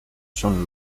son